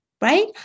right